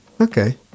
Okay